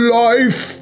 life